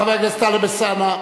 חבר כנסת טלב אלסאנע,